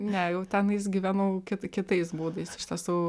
ne jau tenais gyvenau kit kitais būdais iš tiesų